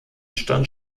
stand